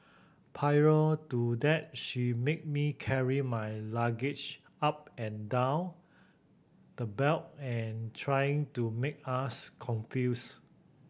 prior to that she made me carry my luggage up and down the belt and trying to make us confused